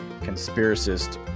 conspiracist